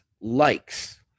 likes